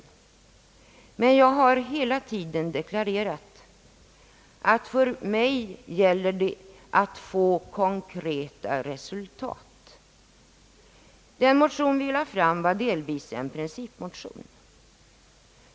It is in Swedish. Men jag har hela tiden deklarerat, att för mig gäller det att få konkreta resultat. Den motion vi lade fram var delvis en principmotion.